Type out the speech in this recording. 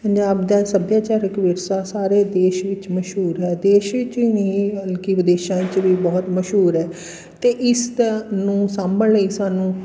ਪੰਜਾਬ ਦਾ ਸੱਭਿਆਚਾਰਕ ਵਿਰਸਾ ਸਾਰੇ ਦੇਸ਼ ਵਿੱਚ ਮਸ਼ਹੂਰ ਹੈ ਦੇਸ਼ ਵਿੱਚ ਹੀ ਨਹੀਂ ਬਲਕਿ ਵਿਦੇਸ਼ਾਂ ਵਿੱਚ ਵੀ ਬਹੁਤ ਮਸ਼ਹੂਰ ਹੈ ਅਤੇ ਇਸ ਤ ਨੂੰ ਸਾਂਭਣ ਲਈ ਸਾਨੂੰ